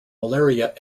malaria